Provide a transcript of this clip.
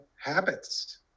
habits